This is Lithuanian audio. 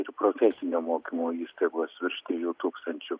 ir profesinio mokymo įstaigos virš trijų tūkstančių